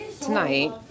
tonight